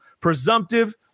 Presumptive